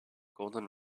golden